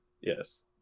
Yes